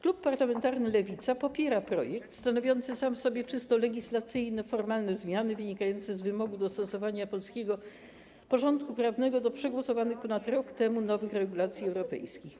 Klub Parlamentarny Lewica popiera projekt zawierający sam w sobie czysto legislacyjne i formalne zmiany wynikające z wymogów dostosowania polskiego porządku prawnego do przegłosowanych ponad rok temu nowych regulacji europejskich.